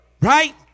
Right